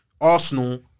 Arsenal